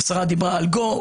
השרה דיברה עם go,